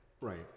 Right